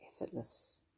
effortless